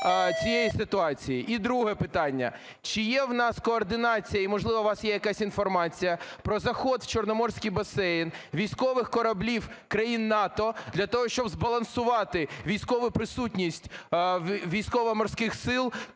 І друге питання: чи є в нас координація, і можливо, у вас є якась інформація про заход в Чорноморський басейн військових кораблів країн НАТО для того, щоб збалансувати військову присутність Військово-Морських Сил,